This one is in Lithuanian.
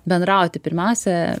bendrauti pirmiausia